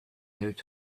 out